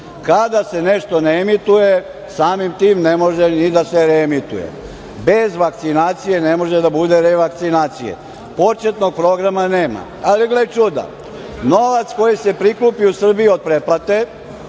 Kada se nešto ne emituje, samim tim ne može ni da se reemituje, bez vakcinacije ne može da bude revakcinacije. Početnog programa nema. Gle čuda, novac koji se prikupi u Srbiji od pretplate